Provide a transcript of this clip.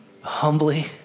humbly